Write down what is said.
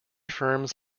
firms